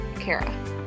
Kara